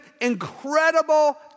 incredible